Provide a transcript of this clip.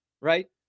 Right